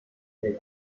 dai